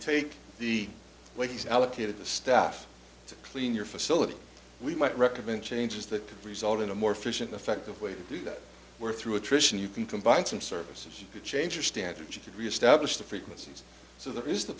take the way he's allocated the stuff to clean your facility we might recommend changes that could result in a more efficient effective way to do that we're through attrition you can combine some services you could change your stance or you could reestablish the frequencies so there is the